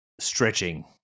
stretching